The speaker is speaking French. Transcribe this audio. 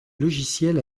logiciel